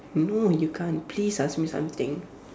no you can't please ask me something